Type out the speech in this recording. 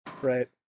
Right